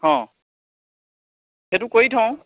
অঁ সেটো কৰি থওঁ